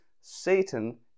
Satan